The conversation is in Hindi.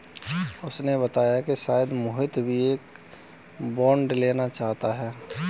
उसने बताया कि शायद मोहित भी एक बॉन्ड लेना चाहता है